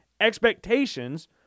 expectations